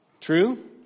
True